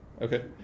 Okay